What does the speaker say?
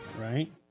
Right